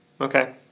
Okay